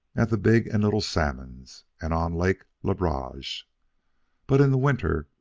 at the big and little salmons, and on lake le barge but in the winter,